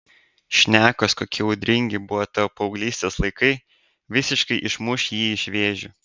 šnekos kokie audringi buvo tavo paauglystės laikai visiškai išmuš jį iš vėžių